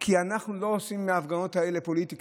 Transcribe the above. כי אנחנו לא עושים מההפגנות האלה פוליטיקה,